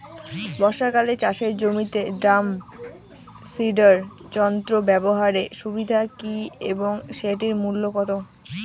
বর্ষাকালে চাষের জমিতে ড্রাম সিডার যন্ত্র ব্যবহারের সুবিধা কী এবং সেটির মূল্য কত?